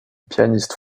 pianiste